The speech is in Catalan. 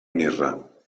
mirra